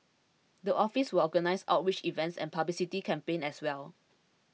the office will organise outreach events and publicity campaigns as well